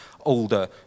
older